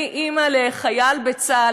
אני אימא לחייל בצה"ל,